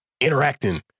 interacting